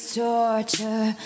torture